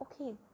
okay